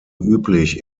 üblich